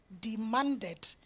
demanded